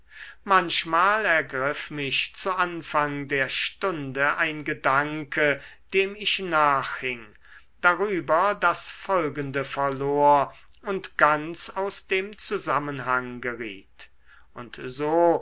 manchmal ergriff mich zu anfang der stunde ein gedanke dem ich nachhing darüber das folgende verlor und ganz aus dem zusammenhang geriet und so